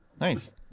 nice